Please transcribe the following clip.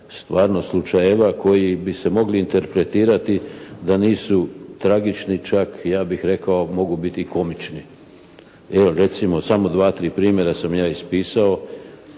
stvarno slučajeva koji bi se mogli interpretirati da nisu tragični čak, ja bih rekao mogu biti i komični. Evo recimo samo dva-tri primjera sam ja ispisao.